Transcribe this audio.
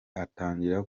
atangira